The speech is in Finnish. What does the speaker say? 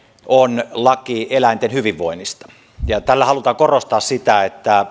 on laki eläinten hyvinvoinnista tällä halutaan korostaa sitä että